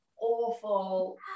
awful